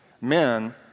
men